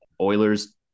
Oilers